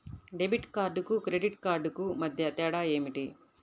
Debit కార్డుకు credit credit కార్డుకు మధ్య తేడా ఏమిటీ?